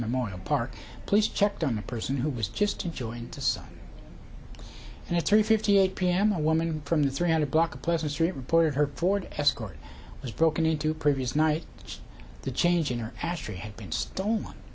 memorial park police checked on a person who was just enjoying the sun and it's three fifty eight p m a woman from the three hundred block of pleasant street reported her ford escort was broken into previous night as the change in her ashtray had been stolen